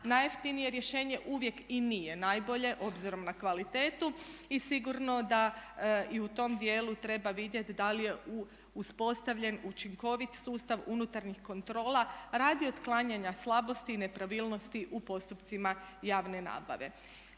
najjeftinije rješenje uvijek i nije najbolje, obzirom na kvalitetu. I sigurno da i u tom dijelu treba vidjeti da li je uspostavljen učinkovit sustav unutarnjih kontrola radi otklanjanja slabosti i nepravilnosti u postupcima javne nabave.